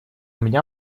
меня